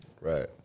Right